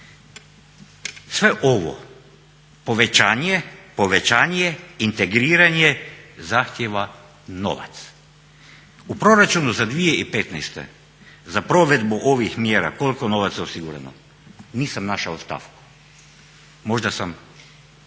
povećanje, povećanje, integriranje zahtijeva novac. U proračunu za 2015. za provedbu ovih mjera koliko je novaca osigurano? Nisam našao stavku. Možda sam